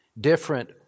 different